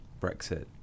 Brexit